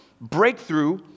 breakthrough